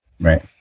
right